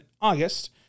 August